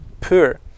poor